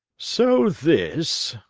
so this,